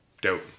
Dope